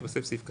התווסף סעיף (ב):